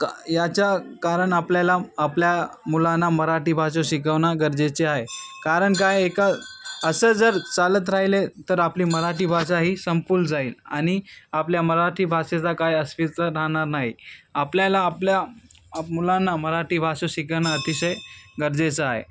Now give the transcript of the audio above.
क याच्या कारण आपल्याला आपल्या मुलांना मराठी भाषा शिकवणं गरजेचे आहे कारण काय एका असं जर चालत राहिले तर आपली मराठी भाषा ही संपून जाईल आणि आपल्या मराठी भाषेचा काय राहणार नाही आपल्याला आपल्या मुलांना मराठी भाषा शिकणं अतिशय गरजेचं आहे